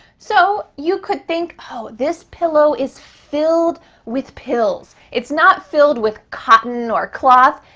so you could think, oh, this pillow is filled with pills. it's not filled with cotton or cloth.